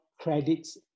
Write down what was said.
credits